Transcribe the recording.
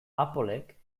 applek